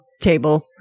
table